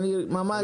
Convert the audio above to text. אני ממש,